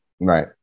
right